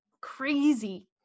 crazy